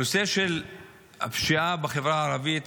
הנושא של הפשיעה בחבר הערבית,